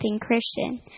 Christian